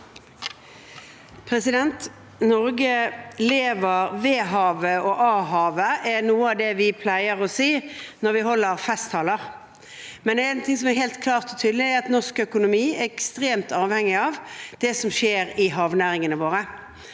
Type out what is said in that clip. for saken): Norge lever ved havet og av havet, er noe vi pleier å si når vi holder festtaler. En ting som er helt klart og tydelig, er at norsk økonomi er ekstremt avhengig av det som skjer i havnæringene våre.